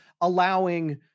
allowing